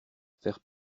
faire